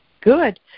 Good